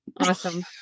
Awesome